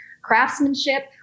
craftsmanship